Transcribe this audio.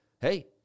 Hey